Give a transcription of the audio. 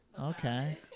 Okay